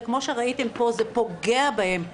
וכמו שראיתם פה זה פוגע בהם.